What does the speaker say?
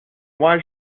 why